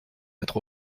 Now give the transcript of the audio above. mettre